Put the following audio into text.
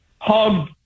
Hug